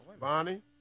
Bonnie